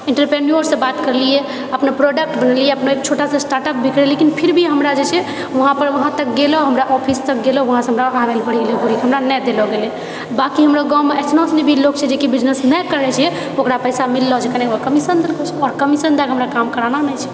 entrepreneur से बात करलिऐ अपना प्रोडक्ट बनौलिऐ अपना एक छोटा सा स्टार्ट अप भी करलिऐ लेकिन फिरभी हमरा जेछै वहाँपर वहाँतक गेलहुँ हमरा ऑफिस तक गेलहुँ वहाँसे हमरा आबए ले पड़ि गेलेै घुरिके हमरा नहि देलो गेलेै बाँकि हमरो गाँवमे अइसनो अइसनो लोग छै जेकि बिजनेस नहि करैछे ओकरा पैसा मिल रहल छै किआकि ओ कमीशन देलको छै कमीशन देएके हमरा काम कराना नहि छै